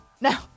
No